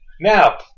Now